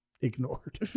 ignored